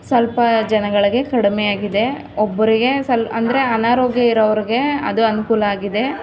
ಸ್ವಲ್ಪ ಜನಗಳಿಗೆ ಕಡಿಮೆ ಆಗಿದೆ ಒಬ್ಬರಿಗೆ ಸ್ವಲ್ಪ ಅಂದರೆ ಅನಾರೋಗ್ಯ ಇರೋರಿಗೆ ಅದು ಅನುಕೂಲ ಆಗಿದೆ